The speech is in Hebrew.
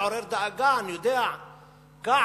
לעורר דאגה, כעס.